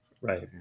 Right